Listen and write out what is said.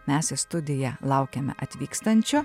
mes į studiją laukiame atvykstančio